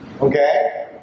okay